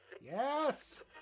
Yes